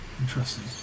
Interesting